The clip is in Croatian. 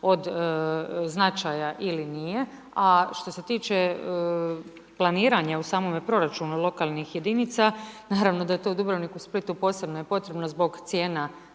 od značaja ili nije, a što se tiče planiranja u samome proračunu lokalnih jedinica, naravno da je to Dubrovniku, Splitu posebno potrebno zbog cijena